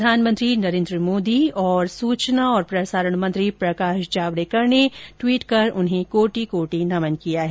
प्रधानमंत्री नरेन्द्र मोदी और सूचना और प्रसारण मंत्री प्रकाश जावड़ेकर ने उन्हें एक ट्वीट कर नमन किया है